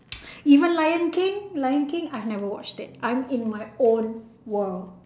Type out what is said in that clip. even lion king lion king I have never watched that I'm in my own world